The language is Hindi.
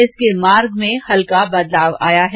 इसके मार्ग में हल्का बदलाव आया है